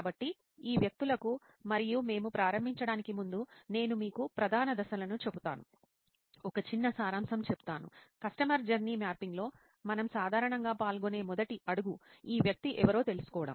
కాబట్టి ఈ వ్యక్తులకు మరియు మేము ప్రారంభించడానికి ముందు నేను మీకు ప్రధాన దశలను చెబుతాను ఒక చిన్న సారాంశం చెబుతాను కస్టమర్ జర్నీ మ్యాపింగ్లో మనం సాధారణంగా పాల్గొనే మొదటి అడుగు ఈ వ్యక్తి ఎవరో తెలుసుకోవడం